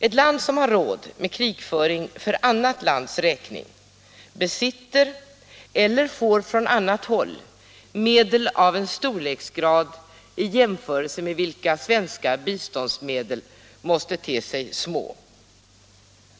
Ett land som har råd med krigföring för annat lands räkning besitter eller får från annat håll medel av en sådan storleksgrad att våra svenska biståndsmedel vid en jämförelse måste te sig små.